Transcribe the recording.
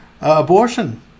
abortion